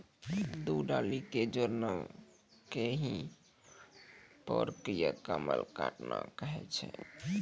दू डाली कॅ जोड़ना कॅ ही फोर्क या कलम काटना कहै छ